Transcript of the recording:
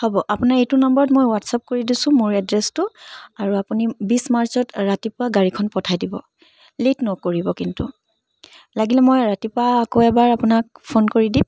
হ'ব আপোনাক এইটো নাম্বাৰত মই হোৱাটছআপ কৰি দিছোঁ মোৰ এড্ৰেছটো আৰু আপুনি বিছ মাৰ্চত ৰাতিপুৱা গাড়ীখন পঠাই দিব লেট নকৰিব কিন্তু লাগিলে মই ৰাতিপুৱা আকৌ এবাৰ আপোনাক ফ'ন কৰি দিম